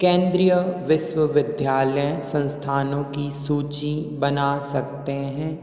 केंद्रीय विश्वविद्यालय संस्थानों की सूची बना सकते हैं